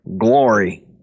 glory